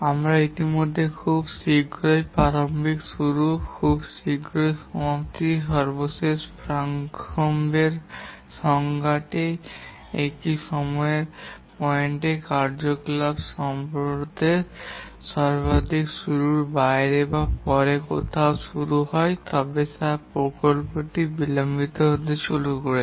আমরা ইতিমধ্যে খুব শীঘ্রই প্রারম্ভিক শুরু খুব শীঘ্রই সমাপ্তি সর্বশেষ প্রারম্ভের সংজ্ঞাটি এটি সময়ের পয়েন্ট যদি কার্যকলাপ সর্বশেষ শুরুর বাইরে বা পরে কোথাও শুরু হয় তবে প্রকল্পটি বিলম্বিত হতে চলেছে